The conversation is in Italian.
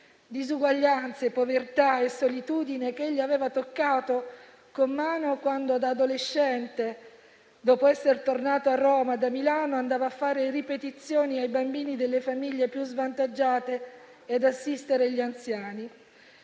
disuguaglianze, povertà e solitudine che egli aveva toccato con mano quando, da adolescente, dopo esser tornato a Roma da Milano, andava a fare ripetizioni ai bambini delle famiglie più svantaggiate e ad assistere gli anziani.